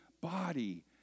body